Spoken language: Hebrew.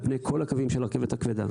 על פני כל הקווים של הרכבת הכבדה.